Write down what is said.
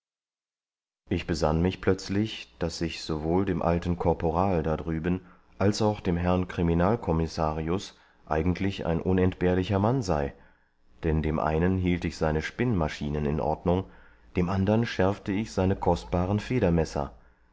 ich besann mich plötzlich daß ich sowohl dem alten korporal da drüben als auch dem herrn kriminalkommissarius eigentlich ein unentbehrlicher mann sei denn dem einen hielt ich seine spinnmaschinen in ordnung dem andern schärfte ich seine kostbaren federmesser